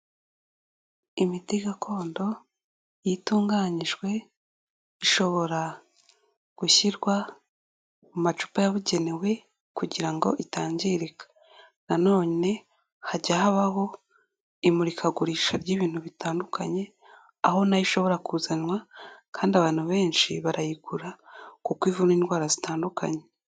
Imiti gakondo iyo itunganjwe, ishobora gushyirwa mu macupa yabugenewe kugira ngo itangirika, nanone hajya habaho imurikagurisha ry'ibintu bitandukanye aho na yo ishobora kuzanwa kandi abantu benshi barayigura kuko ivura indwara zitandukanye.